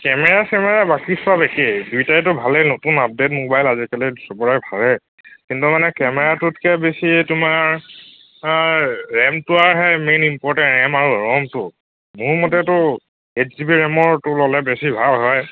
camera camera বাকী সব একেই দুইটাইটো ভালেই নতুন আপডেট মোবাইল আজিকালি সবেৰে ভালেই কিন্তু মানে কেমেৰাটোতকৈ বেছি তোমাৰ ৰেমটো আহে মেইন ইম্পৰটেণ্ট আমাৰ ৰোমটো মোৰ মতেটো এইট জি বি ৰেমৰটো ল'লে বেছি ভাল হয়